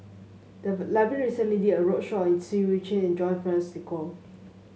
the library recently did a roadshow on Seah Eu Chin and John Fearns